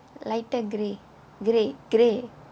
lighter grey grey grey